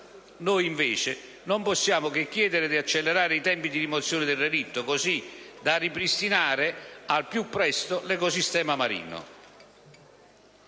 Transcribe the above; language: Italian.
Noi, invece, non possiamo che chiedere di accelerare i tempi di rimozione del relitto, così da ripristinare al più presto l'ecosistema marino.